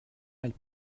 elles